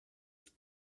του